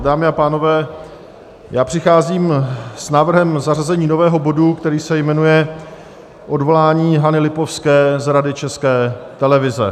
Dámy a pánové, přicházím s návrhem zařazení nového bodu, který se jmenuje Odvolání Hany Lipovské z Rady České televize.